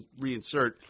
reinsert